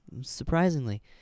Surprisingly